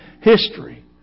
history